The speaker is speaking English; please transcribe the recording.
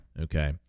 Okay